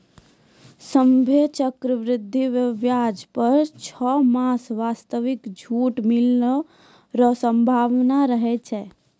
सभ्भे चक्रवृद्धि व्याज पर छौ मास वास्ते छूट मिलै रो सम्भावना रहै छै